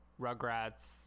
Rugrats